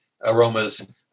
aromas